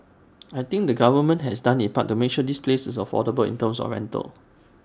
I think the government has done its part to make sure this place is very affordable in terms of rental